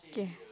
okay